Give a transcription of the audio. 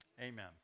Amen